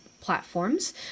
platforms